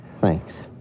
Thanks